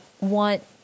want